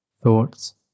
thoughts